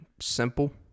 Simple